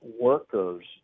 workers